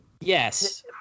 Yes